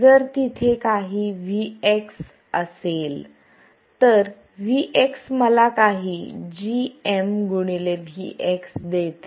जर तिथे काही Vx असेल तर Vx मला काही gmVx देते